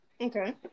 Okay